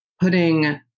putting